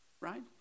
Right